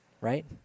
Right